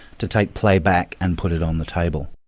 to take play back and put it on the table.